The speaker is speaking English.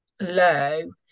low